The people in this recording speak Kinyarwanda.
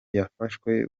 yafashwe